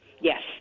Yes